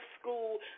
school